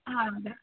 ಹೌದಾ